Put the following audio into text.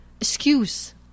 excuse